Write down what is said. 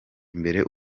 imbere